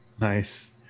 Nice